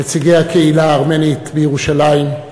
נציגי הקהילה הארמנית בירושלים,